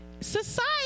Society